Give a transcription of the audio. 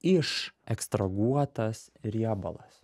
išekstraguotas riebalas